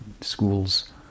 schools